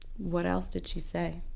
what else did she say?